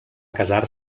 casar